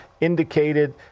indicated